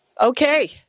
Okay